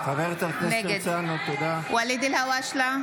נגד משתמטים מצביעים נגד חיילי צה"ל.